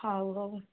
ହଉ ହଉ